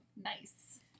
Nice